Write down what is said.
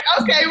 okay